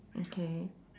okay